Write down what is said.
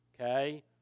Okay